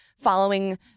following